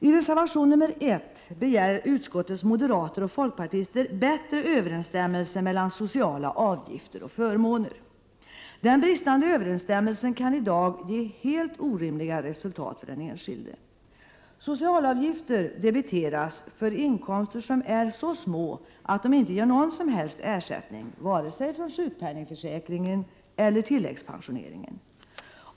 I reservation nr 1 begär utskottets moderater och folkpartister bättre överensstämmelse mellan sociala avgifter och förmåner. Den bristande överensstämmelsen kan i dag ge helt orimliga resultat för den enskilde. Socialavgifter debiteras för inkomster som är så små att de inte ger någon som helst ersättning från vare sig sjukpenningförsäkringen eller tilläggspensioneringen.